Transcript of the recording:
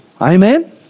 Amen